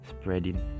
spreading